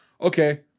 okay